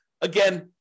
Again